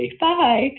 Bye